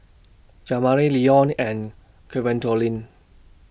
Jamari Leon and Gwendolyn